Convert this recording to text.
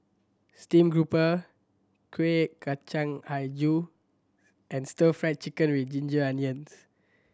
steamed grouper Kuih Kacang Hijau and Stir Fried Chicken With Ginger Onions